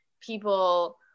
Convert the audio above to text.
people